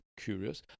curious